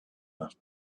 laughed